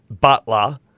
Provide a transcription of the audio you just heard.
Butler